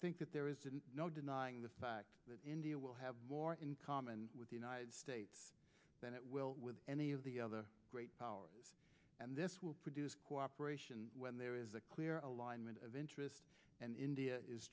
think that there is no denying the fact that india will have more in common with the united states than it will with any of the other great powers and this will produce cooperation when there is a clear alignment of interest and india is